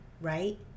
right